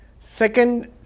Second